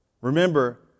Remember